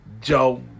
Joe